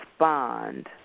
Respond